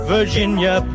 Virginia